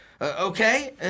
Okay